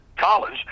College